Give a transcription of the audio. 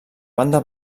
banda